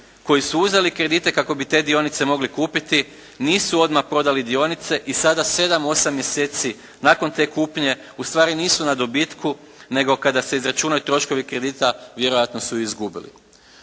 koji su uzeli kredite kako bi te dionice mogli kupiti. Nisu odmah prodali dionice i sada 7, 8 mjeseci nakon te kupnje ustvari nisu na dobitku nego kada se izračunaju troškovi kredita, vjerojatno su i izgubili.